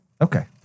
okay